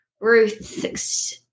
Ruth